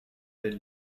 been